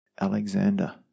alexander